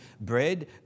bread